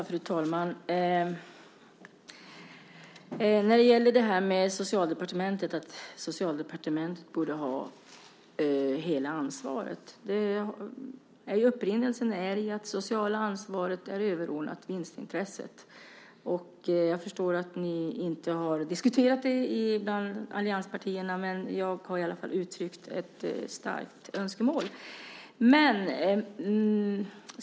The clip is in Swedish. Fru talman! Upprinnelsen till detta att Socialdepartementet borde ha hela ansvaret är att det sociala ansvaret är överordnat vinstintresset. Jag förstår att ni inte har diskuterat det i allianspartierna, men jag har i alla fall uttryckt ett starkt önskemål om det.